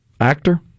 Actor